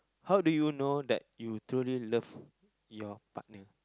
how do you know that you truly love your partner